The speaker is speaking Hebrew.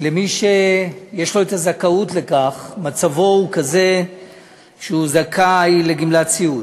למי שיש לו זכאות לכך: מצבו הוא כזה שהוא זכאי לגמלת סיעוד.